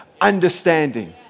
understanding